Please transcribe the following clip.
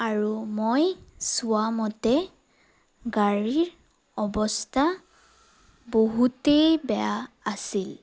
আৰু মই চোৱা মতে গাড়ীৰ অৱস্থা বহুতেই বেয়া আছিল